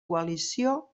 coalició